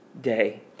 day